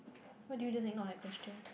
why do you just ignore that question